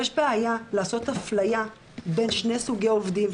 יש בעיה לעשות אפליה בין שני סוגי עובדים,